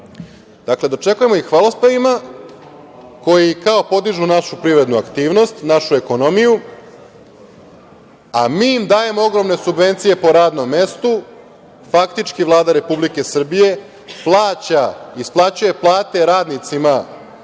Dakle, dočekujemo ih hvalospevima, koji kao podižu našu privrednu aktivnost, našu ekonomiju, a mi im dajemo ogromne subvencije po radnom mestu. Faktički Vlada Republike Srbije plaća, isplaćuje plate radnicima